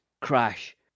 crash